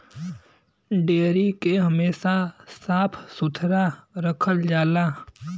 dairy के हमेशा साफ सुथरा रखल जाला